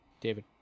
David